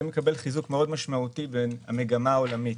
זה מקבל חיזוק משמעותי מאוד במגמה העולמית.